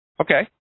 Okay